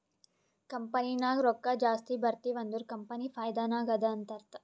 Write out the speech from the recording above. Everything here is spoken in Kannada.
ಕಂಪನಿ ನಾಗ್ ರೊಕ್ಕಾ ಜಾಸ್ತಿ ಬರ್ತಿವ್ ಅಂದುರ್ ಕಂಪನಿ ಫೈದಾ ನಾಗ್ ಅದಾ ಅಂತ್ ಅರ್ಥಾ